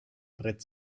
brett